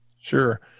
Sure